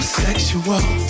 sexual